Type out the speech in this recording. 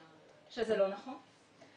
זה לא נכון.